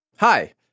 Hi